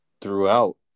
throughout